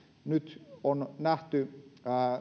nyt on nähty